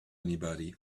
anybody